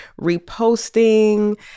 reposting